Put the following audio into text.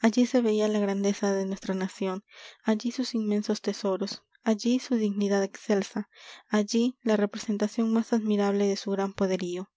allí se veía la grandeza de nuestra nación allí sus inmensos tesoros allí su dignidad excelsa allí la representación más admirable de su gran poderío